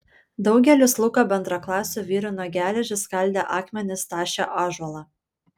daugelis luko bendraklasių virino geležį skaldė akmenis tašė ąžuolą